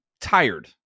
tired